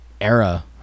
era